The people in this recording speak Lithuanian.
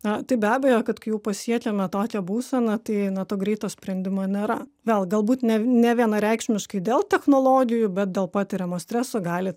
na tai be abejo kad kai jau pasiekiame tokią būseną tai na to greito sprendimo nėra vėl galbūt ne nevienareikšmiškai dėl technologijų bet dėl patiriamo streso gali